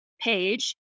page